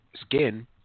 skin